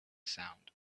sound